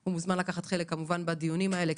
והוא כמובן מוזמן לקחת חלק בדיונים האלה,